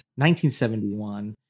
1971